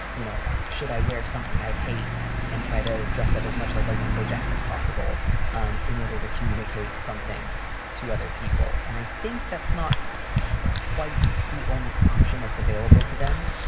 you know, should i wear something i hate and try to dress up as much like a lumberjack as possible um in order to communicate something to other people. and i think that's not quite the only option that's available to them.